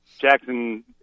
Jackson